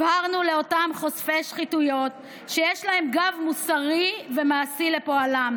הבהרנו לאותם חושפי שחיתויות שיש להם גב מוסרי ומעשי לפועלם,